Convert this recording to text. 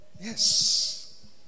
Yes